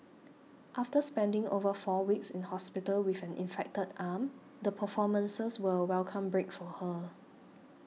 after spending over four weeks in hospital with an infected arm the performances were a welcome break for her